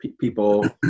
people